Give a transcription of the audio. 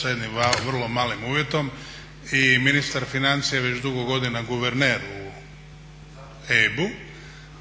sa jednim vrlo malim uvjetom i ministar financija je već dugo godina guverner u EIB-u.